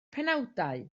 penawdau